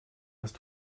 hast